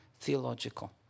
theological